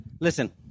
listen